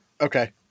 Okay